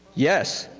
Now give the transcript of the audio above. yes,